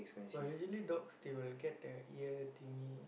but usually dogs they will get the ear thingy